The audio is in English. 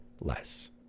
less